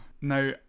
Now